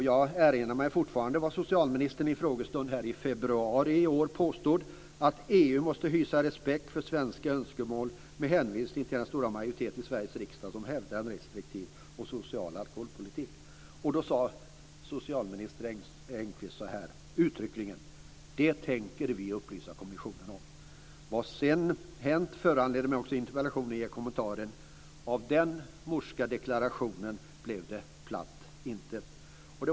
Jag erinrar mig fortfarande vad socialministern påstod här i en frågestund i februari, nämligen att EU måste hysa respekt för svenska önskemål med hänvisning till den stora majoritet i Sveriges riksdag som hävdar en restriktiv och social alkoholpolitik. Socialminister Engqvist sade uttryckligen så här: Det tänker vi upplysa kommissionen om. Vad som sedan hände föranledde mig att i interpellationen ge kommentaren att av denna morska deklaration blev det platt intet.